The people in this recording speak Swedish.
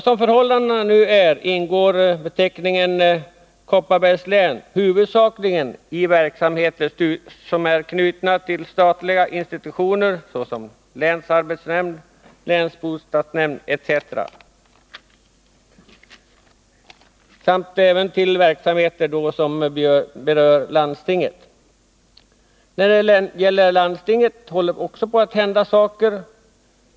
Som förhållandena nu är används beteckningen Kopparbergs län huvudsakligen för verksamheter som är knutna till statliga institutioner, såsom länsarbetshämmnden, länsbostadsnämnden etc., samt även för verksamheter som berör landstinget. När det gäller landstinget håller det också på att hända saker.